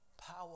power